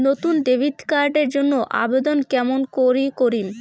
নতুন debit card এর জন্যে আবেদন কেমন করি করিম?